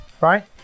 right